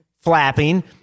flapping